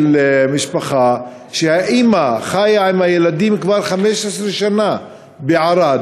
של משפחה שהאימא חיה עם הילדים כבר 15 שנה בערד,